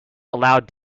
allowed